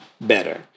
better